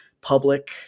public